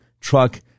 truck